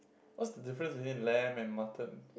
what's the different between lamb and mutton